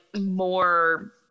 more